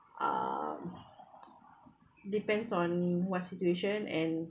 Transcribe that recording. err depends on what situation and